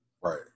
Right